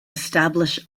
establish